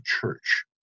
church